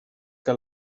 que